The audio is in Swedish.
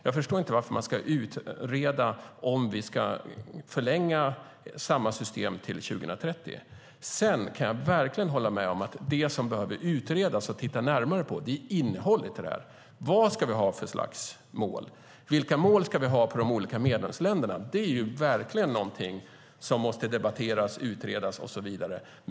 Jag förstår inte varför man ska utreda om vi ska förlänga samma system till 2030. Jag kan verkligen hålla med om att det som behöver utredas och tittas närmare på är innehållet. Vad ska vi ha för slags mål för de olika medlemsländerna? Det är verkligen någonting som måste debatteras, utredas och så vidare.